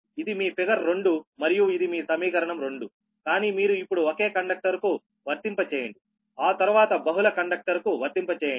ఇది మీ ఫిగర్ 2 మరియు ఇది మీ సమీకరణం 2 కానీ మీరు ఇప్పుడు ఒకే కండక్టర్ కు వర్తింప చేయండి ఆ తర్వాత బహుళ కండక్టర్ కు వర్తింప చేయండి